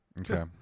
Okay